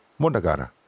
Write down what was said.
mundagara